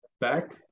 back